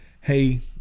hey